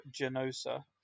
Genosa